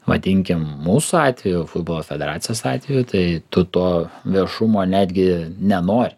vadinkim mūsų atveju futbolo federacijos atveju tai tu to viešumo netgi nenori